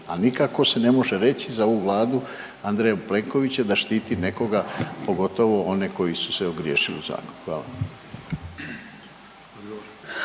a nikako se ne može reći za ovu Vladu Andreja Plenkovića da štiti nekoga, pogotovo one koji su se ogriješili o zakon, hvala.